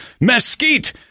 mesquite